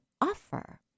offer